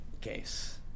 case